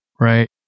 right